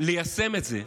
וליישם את זה.